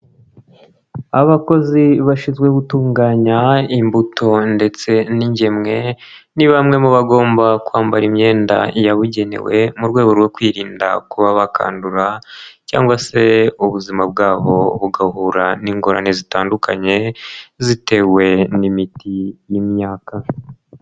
Abakozi bashinzwe gutunganya imbuto ndetse n'ingemwe, ni bamwe mu bagomba kwambara imyenda yabugenewe, mu rwego rwo kwirinda kuba bakandura cyangwa se ubuzima bwabo bugahura n'ingorane zitandukanye, zitewe n'imiti n'imyaka.